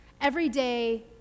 everyday